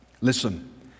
Listen